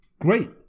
great